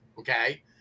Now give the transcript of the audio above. Okay